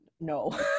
no